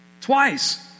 Twice